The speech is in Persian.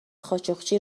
خاشقچی